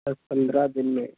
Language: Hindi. दस पन्द्रह दिन में